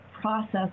process